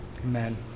Amen